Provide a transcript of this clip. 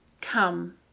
come